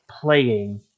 playing